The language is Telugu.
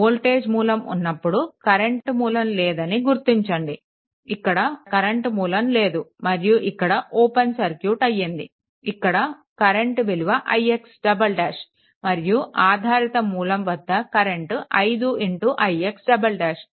వోల్టేజ్ మూలం ఉన్నప్పుడు కరెంట్ మూలం లేదని గుర్తించండి ఇక్కడ కరెంట్ మూలం లేదు మరియు ఇక్కడ ఓపెన్ సర్క్యూట్ అయ్యింది ఇక్కడ కరెంట్ విలువ ix " మరియు ఆధారిత మూలం వద్ద కరెంట్ 5 ix "